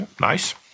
nice